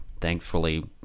Thankfully